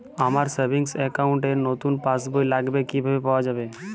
আমার savings account র নতুন পাসবই লাগবে কিভাবে পাওয়া যাবে?